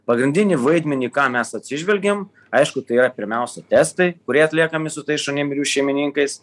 pagrindinį vaidmenį ką mes atsižvelgiam aišku tai yra pirmiausia testai kurie atliekami su tais šunim ir jų šeimininkais